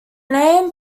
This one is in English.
name